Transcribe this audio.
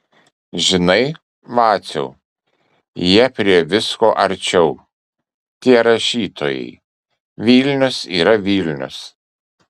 žinai vaciau jie prie visko arčiau tie rašytojai vilnius yra vilnius